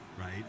right